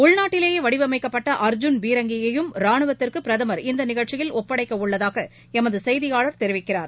உள்நாட்டிலேயேவடிவமைக்கப்பட்டஅர்ஜூன் பீரங்கியையும் ரானுவத்துக்குபிரதம் இந்தநிகழ்ச்சியில் ஒப்படைக்கவுள்ளதாகஎமதுசெய்தியாளர் தெரிவிக்கிறார்